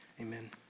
amen